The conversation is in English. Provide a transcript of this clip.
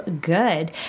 good